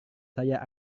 saya